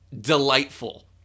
delightful